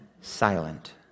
silent